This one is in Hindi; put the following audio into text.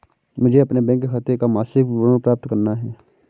मुझे अपने बैंक खाते का मासिक विवरण प्राप्त करना है?